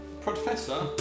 Professor